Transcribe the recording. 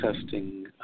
testing